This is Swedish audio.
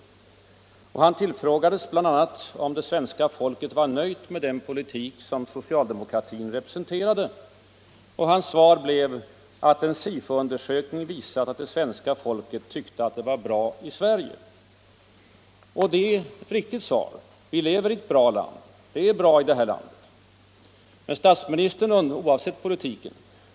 Han tillfrågades bl.a. om det svenska folket var nöjt med den politik som socialdemokratin representerade. Hans svar blev att en SIFO-undersökning visat att det svenska folket tyckte att det var bra i Sverige. Det är ett riktigt svar, vi lever i ett bra land — oavsett politiken.